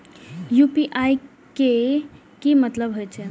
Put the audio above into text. UPI के की मतलब हे छे?